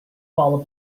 fall